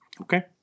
Okay